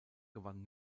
gewann